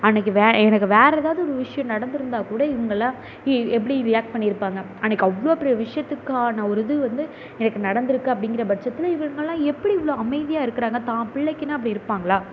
அன்றைக்கு வேறு எனக்கு வேறு ஏதாவது ஒரு விஷயம் நடந்திருந்தா கூட இவங்கள்லாம் இ எப்படி ரியாக்ட் பண்ணியிருப்பாங்க அன்றைக்கு அவ்வளோ பெரிய விஷயத்துக்கான ஒரு இது வந்து எனக்கு நடந்திருக்கு அப்படிங்கிற பட்சத்தில் இவங்கள்லாம் எப்படி இவ்வளோ அமைதியாக இருக்கிறாங்க தன் பிள்ளைக்குனா இப்படி இருப்பாங்களா